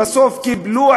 ובסוף קיבלו,